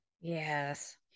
Yes